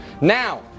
Now